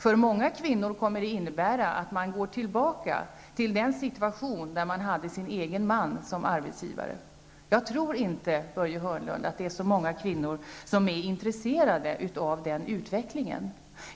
För många kvinnor kommer det att innebära att man går tillbaka till den situation där man hade sin egen man som arbetsgivare. Jag tror inte, Börje Hörnlund, att det finns så många kvinnor som är intresserade av den utvecklingen.